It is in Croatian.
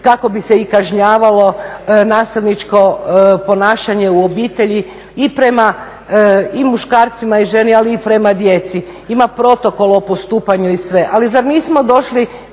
kako bi se i kažnjavalo nasilničko ponašanje u obitelji i prema i muškarcima i ženi, ali i prema djeci. Ima protokol o postupanju i sve. Ali zar nismo došli